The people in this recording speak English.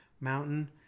Mountain